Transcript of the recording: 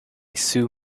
sue